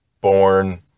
born